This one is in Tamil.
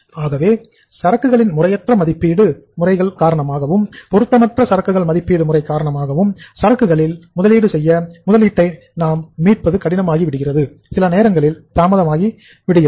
ஆகவே சரக்குகளின் முறையற்ற மதிப்பீடு முறைகள் காரணமாகவும் பொருத்தமற்ற சரக்குகள் மதிப்பீடு முறை காரணமாகவும் சரக்கு களில் முதலீடு செய்யப்பட்ட முதலீட்டை நாம் மீட்பது கடினம் ஆகிவிடுகிறது சிலநேரங்களில் தாமதமாகிறது